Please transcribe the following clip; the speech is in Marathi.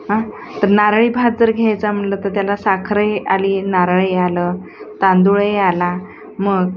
हां तर नारळीभात जर घ्यायचा म्हटलं तर त्याला साखरही आली नारळ आलं तांदूळही आला मग